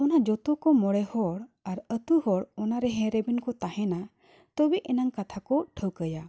ᱚᱱᱟ ᱡᱷᱚᱛᱚ ᱠᱚ ᱢᱚᱬᱮ ᱦᱚᱲ ᱟᱨ ᱟᱛᱳ ᱦᱚᱲ ᱚᱱᱟ ᱨᱮ ᱦᱮᱸ ᱨᱮᱵᱮᱱ ᱠᱚ ᱛᱟᱦᱮᱱᱟ ᱛᱚᱵᱮ ᱮᱱᱟᱝ ᱠᱟᱛᱷᱟ ᱠᱚ ᱴᱷᱟᱹᱣᱠᱟᱹᱭᱟ